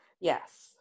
Yes